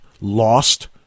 lost